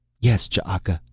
yes, ch'aka,